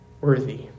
worthy